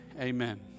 amen